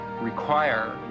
require